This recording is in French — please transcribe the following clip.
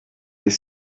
les